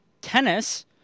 tennis